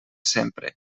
sempre